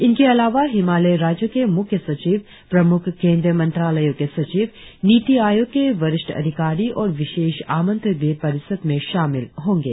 इनके अलावा हिमालय राज्यों के मुख्य सचिव प्रमुख्य केंद्रीय मंत्रालयों के सचिव नीति आयोग के वरिष्ठ अधिकारी और विशेष आमंत्रित भी परिषद में शामिल होंगे